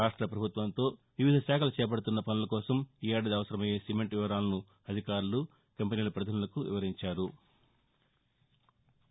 రాక్ష పభుత్వంలో వివిధ శాఖలు చేపడుతున్న పనుల కోసం ఈ ఏడాది అవసరమయ్యే సిమెంట్ వివరాలను అధికారులు కంపెనీల ప్రతినిధులకు వివరించారు